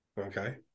Okay